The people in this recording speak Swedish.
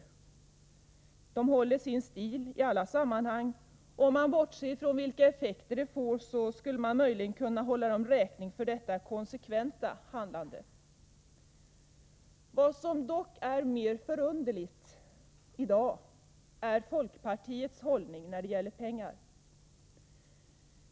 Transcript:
Moderaterna håller sin stil i alla sammanhang, och om man bortser från vilka effekter detta får skulle man möjligen kunna hålla dem räkning för detta konsekventa handlande. Vad som i dag är mer förunderligt är folkpartiets hållning när det gäller pengar.